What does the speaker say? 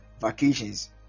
vacations